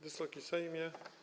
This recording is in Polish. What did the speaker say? Wysoki Sejmie!